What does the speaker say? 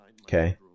Okay